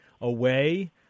away